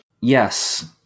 Yes